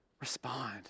respond